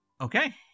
Okay